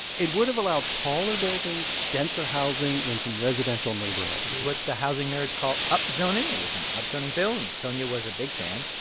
it would've allowed taller buildings, denser housing in some residential neighborhoods this is what the housing nerds call upzoning. it was an upzoning bill, and sonja was a big fan.